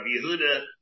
Yehuda